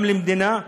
גם למדינה,